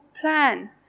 plan